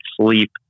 sleep